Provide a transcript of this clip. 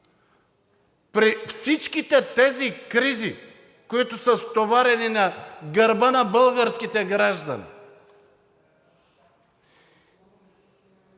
При всичките тези кризи, които са стоварени на гърба на българските граждани